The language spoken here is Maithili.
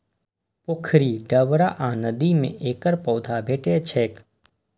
पोखरि, डबरा आ नदी मे एकर पौधा भेटै छैक